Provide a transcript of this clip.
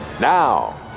Now